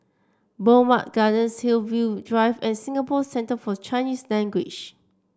Bowmont Gardens Hillview Drive and Singapore Centre For Chinese Language